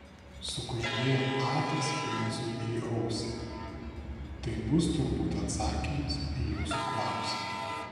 sukuždėjo atas princui į ausį tai bus turbūt atsakymas į jūsų klausimą